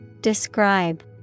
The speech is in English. Describe